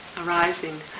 arising